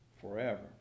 forever